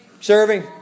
Serving